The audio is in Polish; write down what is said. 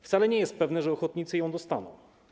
Wcale nie jest pewne, że ochotnicy ją dostaną.